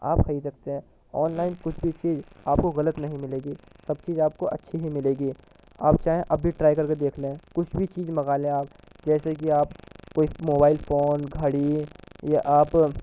آپ خرید سکتے ہیں آن لائن کچھ بھی چیز آپ کو غلط نہیں ملے گی سب چیز آپ کو اچھی ہی ملے گی آپ چاہیں ابھی ٹرائی کر کے دیکھ لیں کچھ بھی چیز منگالیں آپ جیسے کے آپ کوئی موبائل فون گھڑی یا آپ